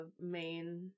main